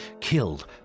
killed